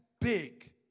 big